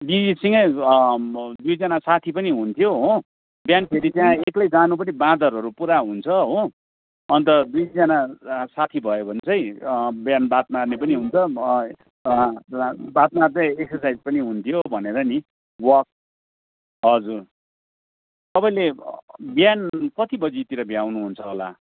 दिदीसँगै दुईजना साथी पनि हुन्थ्यो हो बिहानखेरि त्यहाँ एक्लै जानु पनि बाँदरहरू पुरा हुन्छ हो अन्त दुईजना साथी भयो भने चाहिँ बिहान बात मार्ने पनि हुन्छ बात मार्दै एक्ससाइज पनि हुन्थ्यो भनेर नि वाक हजुर तपाईँले बिहान कति बजीतिर भ्याउनुहुन्छ होला